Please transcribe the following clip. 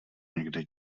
někde